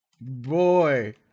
boy